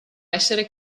essere